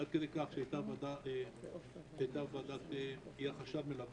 עד כדי כך שמינו לנו חשב מלווה.